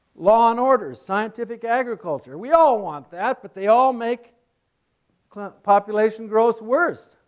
law and order, scientific agriculture we all want that but they all make population growth worse.